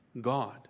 God